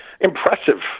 Impressive